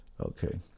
Okay